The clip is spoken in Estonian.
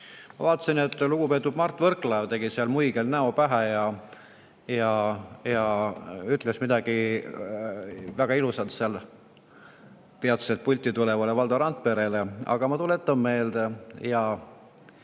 Ma vaatasin, et lugupeetud Mart Võrklaev tegi seal muigel näo pähe ja ütles midagi väga ilusat peatselt pulti tulevale Valdo Randperele, aga ma tuletan sulle